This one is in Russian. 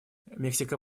мексика